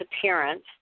appearance